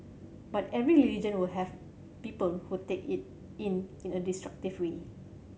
but every religion will have people who take it in in a destructive way